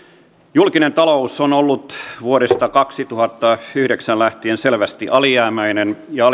julkinen talous on ollut vuodesta kaksituhattayhdeksän lähtien selvästi alijäämäinen ja